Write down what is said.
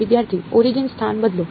વિદ્યાર્થી ઓરિજિન સ્થાન બદલો